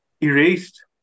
erased